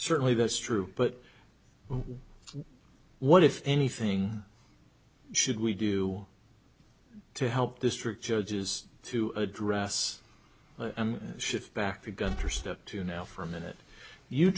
certainly that's true but what if anything should we do to help district judges to address shift back to gunter step two now for a minute you